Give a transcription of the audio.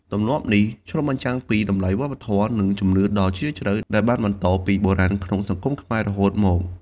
ទម្លាប់នេះឆ្លុះបញ្ចាំងពីតម្លៃវប្បធម៌ និងជំនឿដ៏ជ្រាលជ្រៅដែលបានបន្តពីបុរាណក្នុងសង្គមខ្មែររហូតមក។